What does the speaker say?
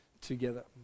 together